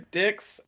dicks